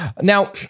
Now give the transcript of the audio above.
Now